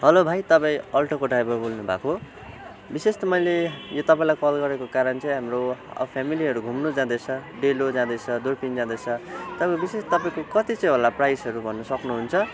hello भाइ तपाईँ अल्टोको ड्राइभर बोल्नु भएको हो विशेष त मैैले यो तपाईँलाई कल गरेको कारण चाहिँ हाम्रो फेमेलीहरू घुम्नु जाँदैछ डेलो जाँदैछ दुर्बिन जाँदैछ विशेष तपाईँको कति चाहिँ होला प्राइसहरू तपाईँ भन्न सक्नुहुन्छ